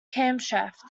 camshaft